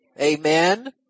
Amen